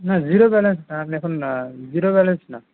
না zero balance না আমি এখন জিরো ব্যালেন্স না